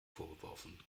vorgeworfen